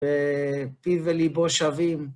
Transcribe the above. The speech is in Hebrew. ופי וליבו שווים.